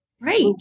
Right